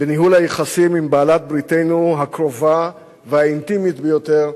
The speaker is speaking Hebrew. בניהול היחסים עם בעלת בריתנו הקרובה והאינטימית ביותר,